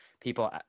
people